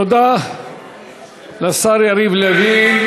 תודה לשר יריב לוין,